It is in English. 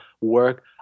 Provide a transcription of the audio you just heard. work